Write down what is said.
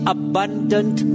abundant